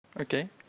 Okay